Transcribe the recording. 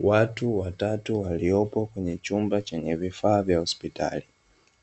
Watu watatu waliompo kwenye chumba cha vifaa vya hospitali,